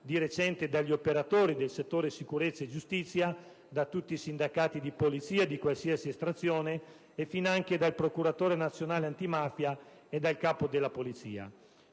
di recente dagli operatori del settore sicurezza e giustizia, da tutti i sindacati di polizia di qualsiasi estrazione e finanche dal procuratore nazionale antimafia e dal capo della polizia.